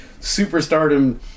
superstardom